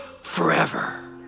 forever